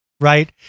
right